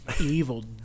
evil